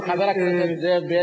אם חבר הכנסת זאב בילסקי,